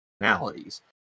personalities